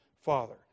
father